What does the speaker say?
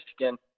Michigan